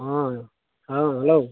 ᱦᱮᱸ ᱦᱳᱭ ᱦᱮᱞᱳ